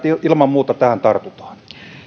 ilman muuta tähän tartutaan